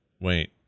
wait